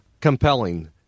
compelling